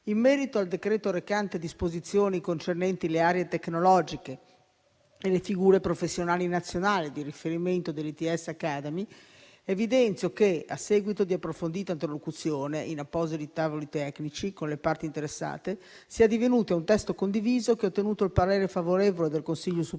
In merito al decreto recante «Disposizioni concernenti le aree tecnologiche e le figure professionali nazionali di riferimento degli ITS Academy», evidenzio che, a seguito di approfondita interlocuzione in appositi tavoli tecnici con le parti interessate, si è addivenuti a un testo condiviso, che ha ottenuto il parere favorevole del Consiglio superiore